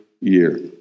year